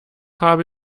habe